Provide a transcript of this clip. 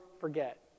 forget